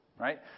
right